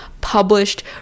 published